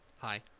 Hi